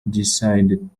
decided